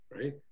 Right